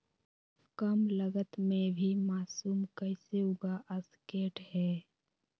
कम लगत मे भी मासूम कैसे उगा स्केट है?